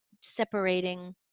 separating